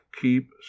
keep